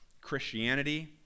Christianity